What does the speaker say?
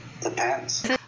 depends